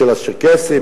אצל הצ'רקסים,